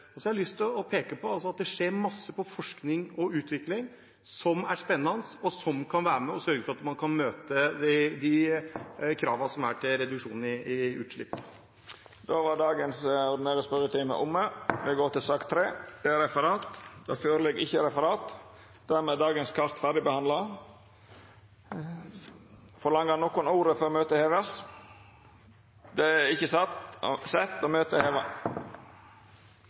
og andre sektorer. Jeg har lyst til å peke på at det skjer masse innen forskning og utvikling som er spennende, og som kan være med og sørge for at man kan møte de kravene som er til reduksjon i utslipp. Dermed er sak nr. 2 ferdigbehandla. Det ligg ikkje føre noko referat. Dermed er dagens kart ferdigbehandla. Ber nokon om ordet før møtet vert heva? – Møtet er heva.